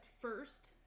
first